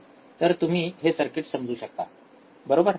तर तुम्ही हे सर्किट समजू शकता बरोबर